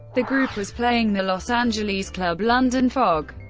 the group was playing the los angeles club london fog.